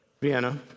Vienna